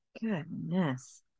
Goodness